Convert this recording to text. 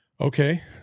Okay